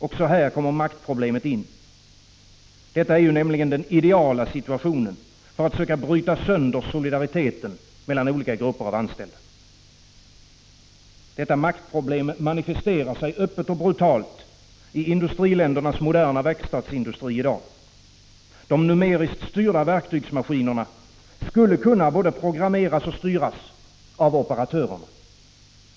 Också här kommer maktproblemet in — detta är ju den ideala situationen för att söka bryta sönder solidariteten mellan grupper av anställda. Detta maktproblem manifesterar sig i dag öppet och brutalt i industriländernas moderna verkstadsindustri. De numeriskt styrda verktygsmaskinerna skulle kunna både programmeras och styras av operatörerna.